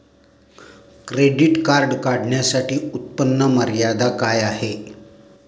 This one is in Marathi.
क्रेडिट कार्ड काढण्यासाठी उत्पन्न मर्यादा काय आहे?